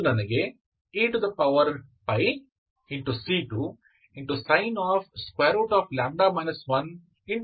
ಅದು ನನಗೆ ec2 sinλ 1 ಅನ್ನು ನೀಡುತ್ತದೆ